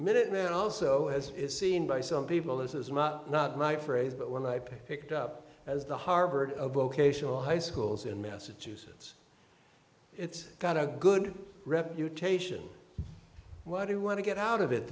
minutemen also as seen by some people this is not not my phrase but when i picked up as the harvard of vocational high schools in massachusetts it's got a good reputation what do you want to get out of it